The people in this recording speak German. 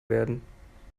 werden